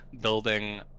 building